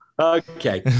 Okay